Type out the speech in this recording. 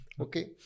Okay